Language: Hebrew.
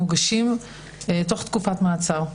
מוגשים תוך תקופת מעצר,